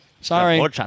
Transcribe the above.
Sorry